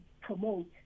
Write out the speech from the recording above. promote